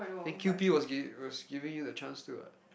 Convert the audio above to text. then Q_P was was giving you the chance to [what]